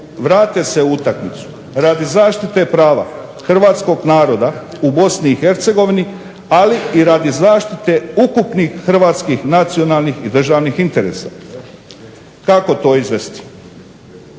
vrate se u utakmicu radi zaštite prava hrvatskog naroda u BiH, ali i radi zaštite ukupnih hrvatskih nacionalnih i državnih interesa. Kako to izvesti?